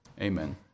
Amen